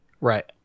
Right